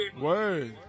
word